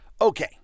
Okay